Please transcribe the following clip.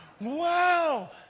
Wow